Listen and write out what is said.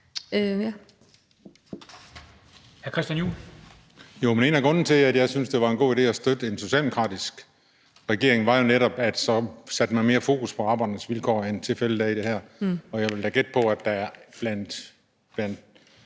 En af grundene til, at jeg syntes, det var en god idé at støtte en socialdemokratisk regering, var jo netop, at så satte man mere fokus på arbejdernes vilkår, end tilfældet er i det her, og jeg vil da gætte på, at der blandt